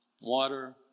water